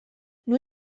nur